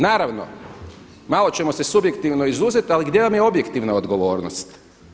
Naravno, malo ćemo se subjektivno izuzet, ali gdje vam je objektivna odgovornost?